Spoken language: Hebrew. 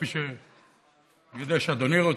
כפי שאני יודע שאדוני רוצה,